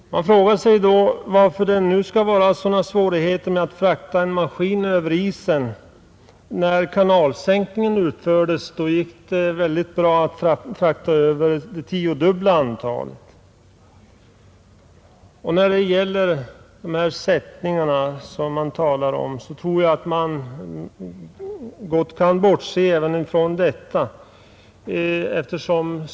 Man frågar sig då varför det nu skall vara sådana svårigheter med att frakta en enda maskin över isen. När kanalsänkningen utfördes gick det väldigt bra att frakta över det tiodubbla antalet. Jag tror även att man gott kan bortse från de sättningar som det talas om.